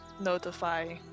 notify